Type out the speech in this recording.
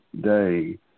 day